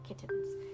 kittens